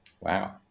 wow